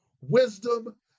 wisdom